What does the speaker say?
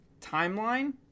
Timeline